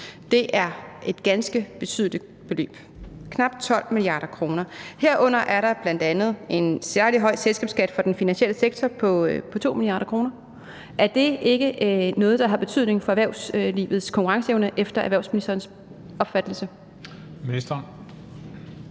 Det er et ganske betydeligt beløb, knap 12 mia. kr. Herunder er der bl.a. en særlig høj selskabsskat for den finansielle sektor på 2 mia. kr. Er det ikke noget, der har betydning for erhvervslivets konkurrenceevne efter erhvervsministerens opfattelse?